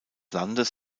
landes